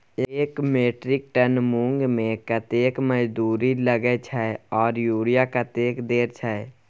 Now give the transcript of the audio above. एक metric ton मूंग में कतेक मजदूरी लागे छै आर यूरिया कतेक देर छै?